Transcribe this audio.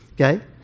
Okay